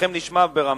קולכם נשמע ברמה.